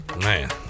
Man